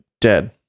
dead